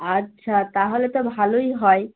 আচ্ছা তাহলে তো ভালোই হয়